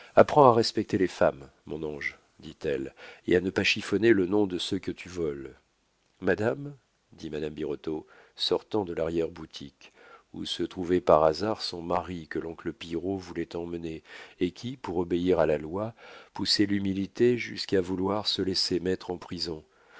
apprends à respecter les femmes mon ange dit-elle et à ne pas chiffonner le nom de ceux que tu voles madame dit madame birotteau sortant de l'arrière-boutique où se trouvait par hasard son mari que l'oncle pillerault voulait emmener et qui pour obéir à la loi poussait l'humilité jusqu'à vouloir se laisser mettre en prison